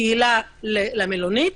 הן נתנו מענה של חיבור בין הקהילה למלונית,